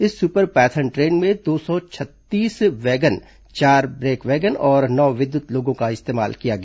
इस super python train में दो सौ छत्तीस वैगन चार ब्रेक वैन और नौ विद्युत लोको का इस्तेमाल किया गया